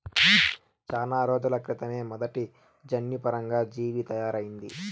చానా రోజుల క్రితమే మొదటి జన్యుపరంగా జీవి తయారయింది